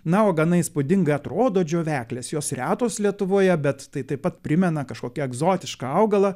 na o gana įspūdingai atrodo džioveklės jos retos lietuvoje bet tai taip pat primena kažkokį egzotišką augalą